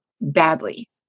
badly